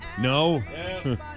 no